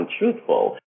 untruthful